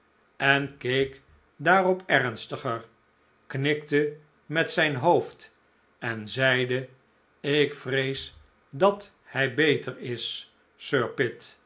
en keek daarop ernstiger knikte met zijnhoofd en zeide ikvrees dat hij beter is